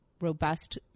robust